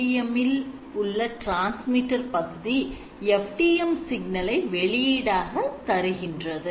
OFDM இல் உள்ள transmitter பகுதி FDM சிக்னலை வெளியீடாக தருகின்றது